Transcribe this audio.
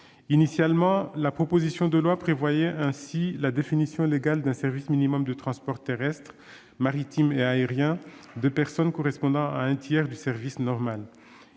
Initialement, la proposition de loi prévoyait ainsi la définition légale d'un service minimum de transport terrestre, maritime et aérien de personnes, correspondant à un tiers du service normal.